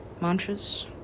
mantras